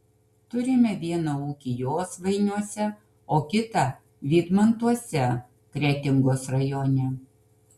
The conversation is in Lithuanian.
turime vieną ūkį josvainiuose o kitą vydmantuose kretingos rajone